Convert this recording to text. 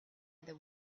other